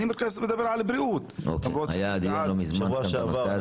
אני מדבר על בריאות --- היה דיון לא מזמן בנושא,